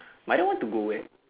mairah want to go where